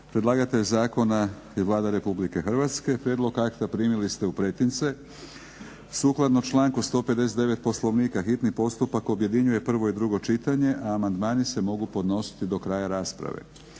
Predlagatelj zakona je Vlada RH. Prijedlog akta primili ste u pretince. Sukladno članku 159. Poslovnika hitni postupak objedinjuje prvo i drugo čitanje, a amandmani se mogu podnositi do kraja rasprave.